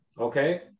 Okay